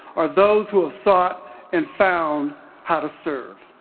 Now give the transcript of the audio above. are those who have sought and found how to serve.